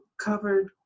covered